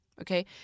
Okay